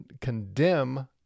condemn